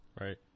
Right